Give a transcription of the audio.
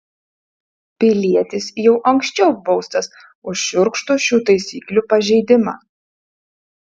pilietis jau anksčiau baustas už šiurkštų šių taisyklių pažeidimą